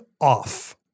off